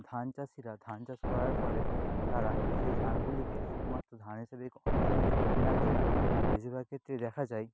ধান চাষিরা ধান চাষ করার ফলে তারা সেই ধানগুলিকে শুধুমাত্র ধান হিসেবেই অল্প দামে বিক্রি না করে বেশিরভাগ ক্ষেত্রেই দেখা যায়